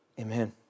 Amen